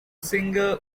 singer